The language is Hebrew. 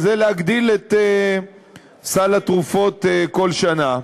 להגדיל את סל התרופות כל שנה.